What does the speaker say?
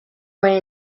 way